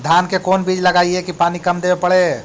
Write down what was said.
धान के कोन बिज लगईऐ कि पानी कम देवे पड़े?